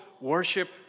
worship